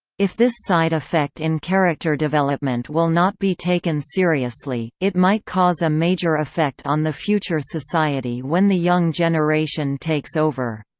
if this side effect in character development will not be taken seriously, it might cause a major effect on the future society when the young generation takes over.